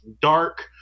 dark